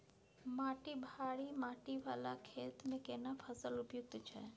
माटी भारी माटी वाला खेत में केना फसल उपयुक्त छैय?